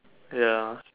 ya lor